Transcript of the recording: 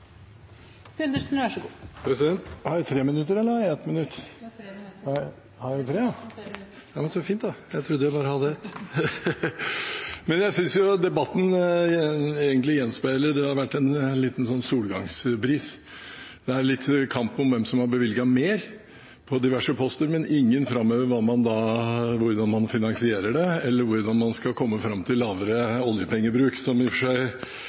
Jeg synes debatten egentlig gjenspeiler at det har vært en liten solgangsbris. Det er kamp om hvem som har bevilget mer på diverse poster, men ingen framhever hvordan man finansierer det, eller hvordan man skal komme fram til lavere oljepengebruk – som i og for